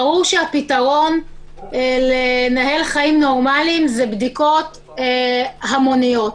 ברור שהפתרון לנהל חיים נורמליים זה בדיקות המוניות.